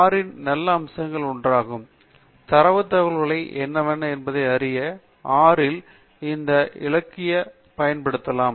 R இன் நல்ல அம்சங்களில் ஒன்றாகும் தரவுத் தகவல்கள் என்னென்ன என்பதை அறிய ஆர் இல் இந்த இலக்கணியைப் பயன்படுத்தலாம்